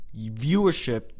viewership